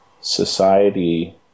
society